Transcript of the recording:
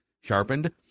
sharpened